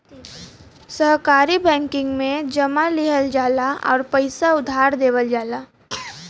सहकारी बैंकिंग में जमा लिहल जाला आउर पइसा उधार देवल जाला